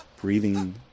breathing